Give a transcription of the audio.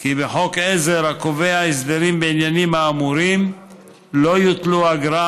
כי בחוק עזר הקובע הסדרים בעניינים האמורים לא יוטלו אגרה